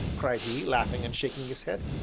cried he, laughing and shaking his head,